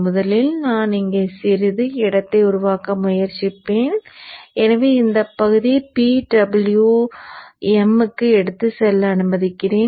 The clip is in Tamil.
முதலில் நான் இங்கே சிறிது இடத்தை உருவாக்க முயற்சிப்பேன் எனவே இந்த பகுதியை PWM க்கு எடுத்துச் செல்ல அனுமதிக்கிறேன்